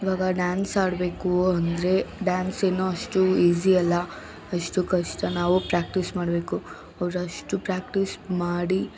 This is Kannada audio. ಇವಾಗ ಡ್ಯಾನ್ಸ್ ಆಡಬೇಕು ಅಂದರೆ ಡ್ಯಾನ್ಸ್ ಏನು ಅಷ್ಟು ಈಸಿ ಅಲ್ಲ ಅಷ್ಟು ಕಷ್ಟ ನಾವು ಪ್ರ್ಯಾಕ್ಟೀಸ್ ಮಾಡಬೇಕು ಅವ್ರು ಅಷ್ಟು ಪ್ರ್ಯಾಕ್ಟೀಸ್ ಮಾಡಿ